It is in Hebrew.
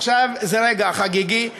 עכשיו זה רגע חגיגי,